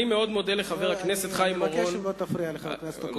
אני מבקש שלא תפריע לחבר הכנסת אקוניס.